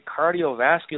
Cardiovascular